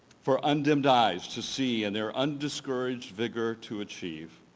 for undimmed eyes to see and their undiscouraged vigor to achieve.